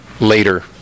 later